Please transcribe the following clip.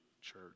church